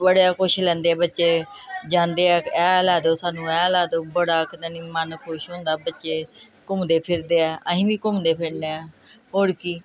ਬੜਾ ਖੁਸ਼ ਲੈਂਦੇ ਆ ਬੱਚੇ ਜਾਂਦੇ ਆ ਇਹ ਲੈ ਦਿਓ ਸਾਨੂੰ ਇਹ ਲੈ ਦਿਓ ਬੜਾ ਕਿਤੇ ਨਹੀਂ ਮਨ ਖੁਸ਼ ਹੁੰਦਾ ਬੱਚੇ ਘੁੰਮਦੇ ਫਿਰਦੇ ਆ ਅਸੀਂ ਵੀ ਘੁੰਮਦੇ ਫਿਰਦੇ ਹਾਂ ਹੋਰ ਕੀ